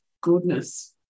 goodness